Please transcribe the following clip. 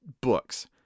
books